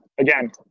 Again